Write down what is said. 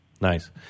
Nice